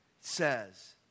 says